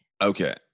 okay